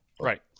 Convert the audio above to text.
Right